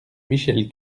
michel